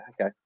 okay